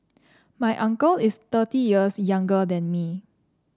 my uncle is thirty years younger than me